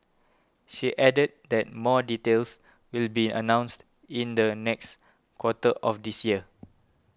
she added that more details will be announced in the next quarter of this year